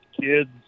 kids